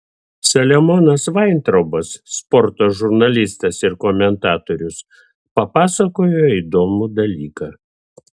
saliamonas vaintraubas sporto žurnalistas ir komentatorius papasakojo įdomų dalyką